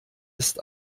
ist